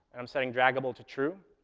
i'm setting draggable to true,